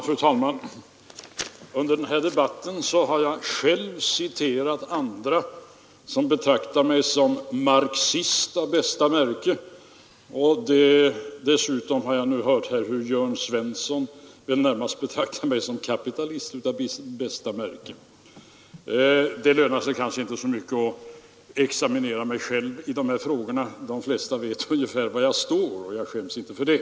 Fru talman! Under den här debatten har jag själv citerat andra som betraktar mig som marxist av bästa märke, och nu har jag hört hur herr Jörn Svensson närmast betraktar mig som kapitalist av bästa märke. Det Nr 98 lönar sig kanske inte att jag examinerar mig själv i dessa frågor; de flesta Torsdagen den vet ungefär var jag står, och jag skäms inte för det.